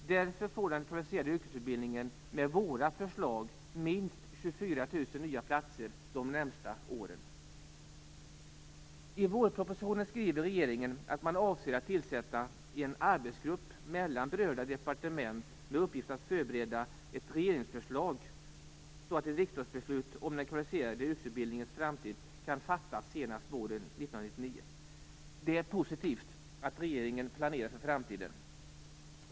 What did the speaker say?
Därför får den kvalificerade yrkesutbildningen med våra förslag minst 24 000 nya platser de närmaste åren. I vårpropositionen skriver regeringen att man avser att tillsätta en arbetsgrupp mellan berörda departement med uppgift att förbereda ett regeringsförslag, så att ett riksdagsbeslut om den kvalificerade yrkesutbildningens framtid kan fattas senast våren 1999. Det är positivt att regeringen planerar för framtiden.